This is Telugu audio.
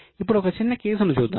ఇప్పుడు ఒక చిన్న కేసు ను చూద్దాం